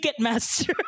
Ticketmaster